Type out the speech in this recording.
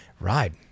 ride